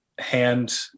hand